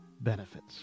benefits